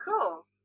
cool